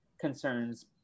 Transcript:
concerns